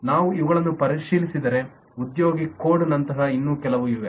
ನಾವು ಇವುಗಳನ್ನು ಪರಿಶೀಲಿಸಿದರೆ ಉದ್ಯೋಗಿ ಕೋಡ್ನಂತಹ ಇನ್ನೂ ಕೆಲವು ಇವೆ